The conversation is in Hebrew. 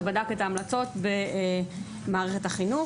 שבדק את ההמלצות במערכת החינוך.